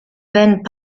band